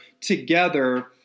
together